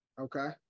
Okay